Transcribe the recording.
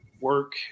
work